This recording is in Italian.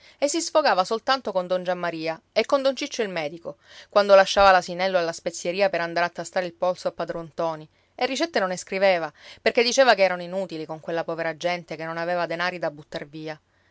e si sfogava soltanto con don giammaria e con don ciccio il medico quando lasciava l'asinello alla spezieria per andare a tastare il polso a padron ntoni e ricette non ne scriveva perché diceva che erano inutili con quella povera gente che non aveva denari da buttar via